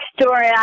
story